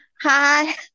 Hi